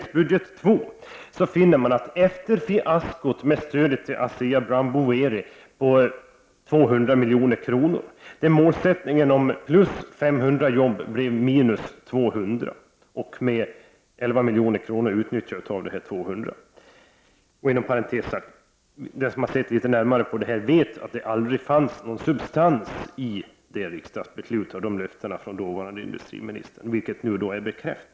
Se bara på fiaskot med stödet till Asea Brown Boveri på 200 milj.kr., där målsättningen var plus 500 arbeten men blev minus 200 arbeten och där 11 milj.kr. utnyttjades av de 200 miljonerna. Den som har tittat litet närmare på detta vet att det aldrig fanns någon substans i det riksdagsbeslutet och i löftena från dåvarande industriministern. Detta har nu bekräftats.